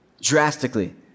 Drastically